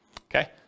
Okay